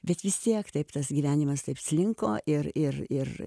bet vis tiek taip tas gyvenimas taip slinko ir ir ir